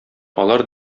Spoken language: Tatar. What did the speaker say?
алар